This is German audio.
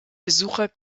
besucher